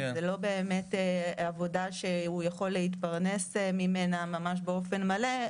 זה לא באמת עבודה שהוא יכול להתפרנס ממנה באופן מלא,